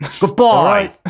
Goodbye